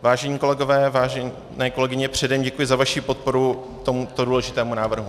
Vážení kolegové, vážené kolegyně, předem děkuji za vaši podporu tohoto důležitého návrhu.